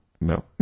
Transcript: No